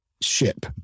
ship